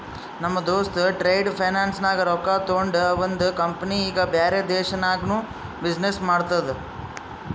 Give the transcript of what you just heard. ನಮ್ ದೋಸ್ತ trade finance ನಾಗ್ ರೊಕ್ಕಾ ತೊಂಡಿ ಅವಂದ ಕಂಪನಿ ಈಗ ಬ್ಯಾರೆ ದೇಶನಾಗ್ನು ಬಿಸಿನ್ನೆಸ್ ಮಾಡ್ತುದ